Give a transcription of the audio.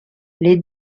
les